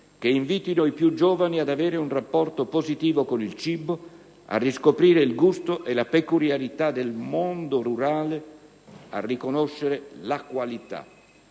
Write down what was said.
che invitino i più giovani ad avere un rapporto positivo con il cibo, a riscoprire il gusto e le peculiarità del mondo rurale, a riconoscere la qualità.